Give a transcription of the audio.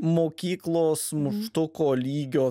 mokyklos muštuko lygio